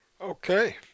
Okay